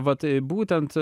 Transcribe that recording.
vat būtent